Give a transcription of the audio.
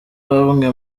bamwe